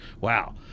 wow